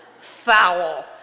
foul